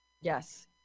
yes